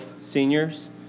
seniors